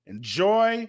Enjoy